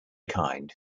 kind